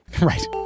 Right